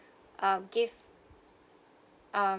uh give um